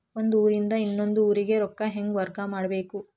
ಒಂದ್ ಊರಿಂದ ಇನ್ನೊಂದ ಊರಿಗೆ ರೊಕ್ಕಾ ಹೆಂಗ್ ವರ್ಗಾ ಮಾಡ್ಬೇಕು?